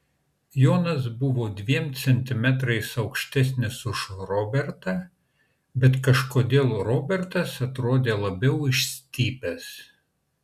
jonas buvo dviem centimetrais aukštesnis už robertą bet kažkodėl robertas atrodė labiau išstypęs